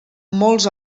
molts